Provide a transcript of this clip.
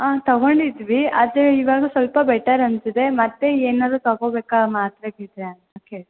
ಹಾಂ ತಗೊಂಡಿದ್ವಿ ಅದೆ ಇವಾಗ ಸ್ವಲ್ಪ ಬೆಟರ್ ಅನ್ಸಿದೆ ಮತ್ತೆ ಏನಾದರೂ ತಗೊಬೇಕಾ ಮಾತ್ರೆ ಗೀತ್ರೆ ಅಂತ ಕೇಳಿ